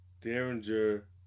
Derringer